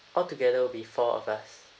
altogether will be four of us